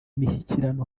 mishyikirano